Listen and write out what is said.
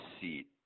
seat